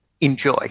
Enjoy